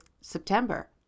September